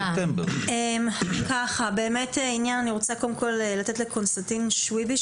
אני רוצה לתת לקונסטנטין שוויביש,